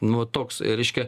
nu va toks reiškia